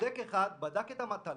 בודק אחד בדק את המטלה,